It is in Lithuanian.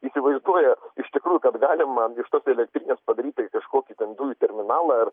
įsivaizduoja iš tikrųjų kad galima iš tos elektrinės padaryt kažkokį dujų terminalą